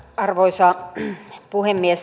arvoisa puhemies